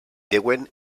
deuen